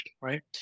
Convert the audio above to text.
right